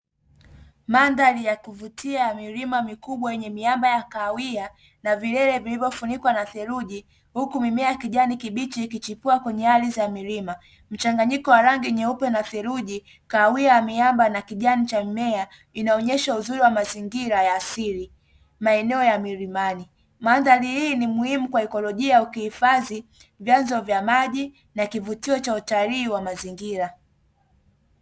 Mandhari ya kuvutia ya milima mikubwa yenye miamba ya kahawia na vilele vilivyofunikwa na theluji huku mimea ya kijani kibichi ikichupua kwenye ardhi ya milima. Mchanganyiko wa rangi nyeupe na theluji kahawia ya miamba na kijani cha mimea inaonesha uzuri wa mazingira ya asili maeneo ya milimani. Mandhari hii ni muhimu kwa ikolojia ukihifadhi vyanzo vya maji na kuvutio cha utalii wa mazingira.